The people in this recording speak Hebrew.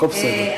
הכול בסדר.